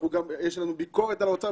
ויש לנו ביקורת על האוצר,